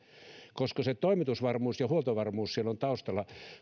toimitusvarmuus ja huoltovarmuus siellä ovat taustalla